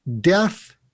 Death